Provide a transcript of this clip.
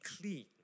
clean